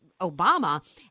Obama